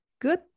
good